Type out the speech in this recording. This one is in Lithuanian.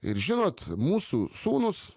ir žinot mūsų sūnūs